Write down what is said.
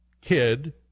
kid